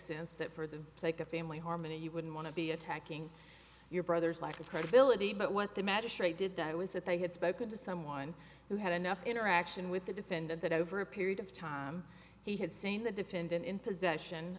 sense that for the sake of family harmony you wouldn't want to be attacking your brother's lack of credibility but what the magistrate did that was that they had spoken to someone who had enough interaction with the defendant that over a period of time he had seen the defendant in possession